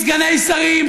סגני שרים,